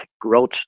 growth